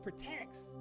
Protects